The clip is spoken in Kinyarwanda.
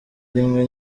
rimwe